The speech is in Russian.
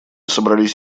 собрались